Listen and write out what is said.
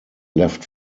left